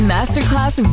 Masterclass